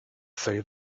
say